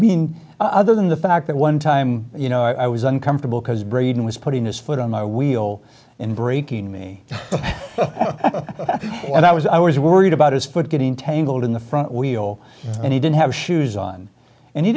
mean other than the fact that one time you know i was uncomfortable because braden was putting his foot on my wheel and braking me and i was i was worried about his foot getting tangled in the front wheel and he didn't have shoes on and he